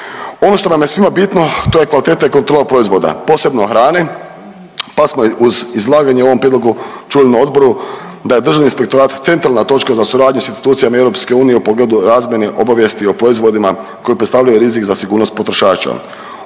Ono što nam je svima bitno to je kvaliteta i kontrola proizvoda, posebno hrane, pa smo uz izlaganje o ovom prijedlogu čuli na odboru da je državni inspektorat centralna točka za suradnju s institucijama EU u pogledu razmjene i obavijesti o proizvodima koji predstavljaju rizik za sigurnost potrošača.